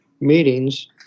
meetings